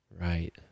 Right